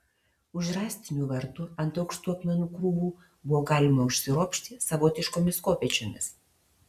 už rąstinių vartų ant aukštų akmenų krūvų buvo galima užsiropšti savotiškomis kopėčiomis